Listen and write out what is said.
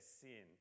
sin